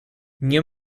nie